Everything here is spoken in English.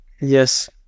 Yes